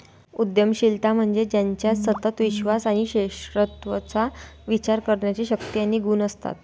उद्यमशीलता म्हणजे ज्याच्यात सतत विश्वास आणि श्रेष्ठत्वाचा विचार करण्याची शक्ती आणि गुण असतात